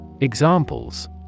Examples